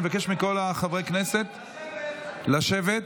אני מבקש מכל חברי הכנסת לשבת.